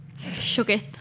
Shooketh